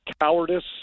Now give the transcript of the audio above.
cowardice